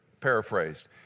paraphrased